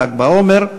ל"ג בעומר.